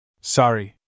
Sorry